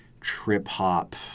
trip-hop